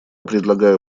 предлагаю